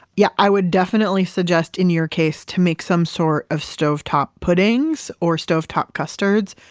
yeah, i would definitely suggest in your case, to make some sort of stove top puddings or stove top custards.